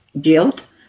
guilt